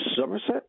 Somerset